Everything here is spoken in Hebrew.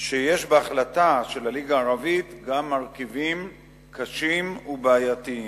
שיש בהחלטה של הליגה הערבית גם מרכיבים קשים ובעייתיים.